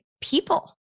people